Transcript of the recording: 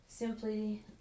simply